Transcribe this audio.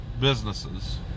businesses